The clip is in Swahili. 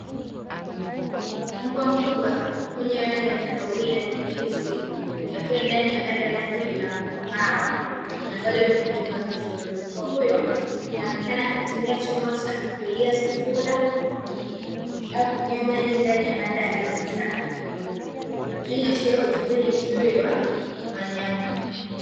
Mbwa mkubwa mwenye rangi ya kahawia na nyeusi, akiwa ndani ya banda lake la mbao, ambalo limejengwa vizuri. Mbwa huyo anaonekana akitumia chombo cha kulia chakula au kunywea maji, ndani ya banda lake safi. Hii inaashiria utunzaji mzuri wa wanyama.